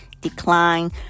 decline